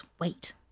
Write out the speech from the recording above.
wait